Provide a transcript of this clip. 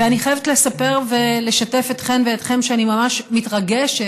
ואני חייבת לספר ולשתף אתכן ואתכם שאני ממש מתרגשת